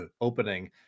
opening